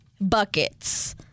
Buckets